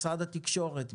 משרד התקשורת,